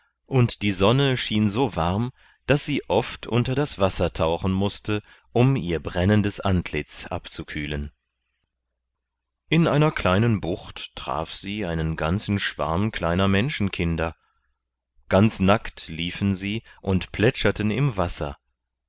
und die sonne schien so warm daß sie oft unter das wasser tauchen mußte um ihr brennendes antlitz abzukühlen in einer kleinen bucht traf sie einen ganzen schwarm kleiner menschenkinder ganz nackt liefen sie und plätscherten im wasser